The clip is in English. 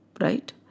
Right